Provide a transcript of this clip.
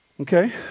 Okay